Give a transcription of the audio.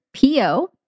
PO